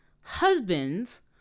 husbands